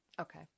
Okay